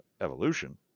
evolution